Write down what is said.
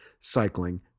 Cycling